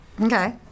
Okay